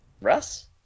Russ